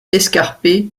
escarpées